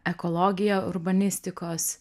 ekologiją urbanistikos